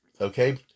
okay